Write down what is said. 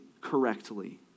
correctly